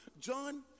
John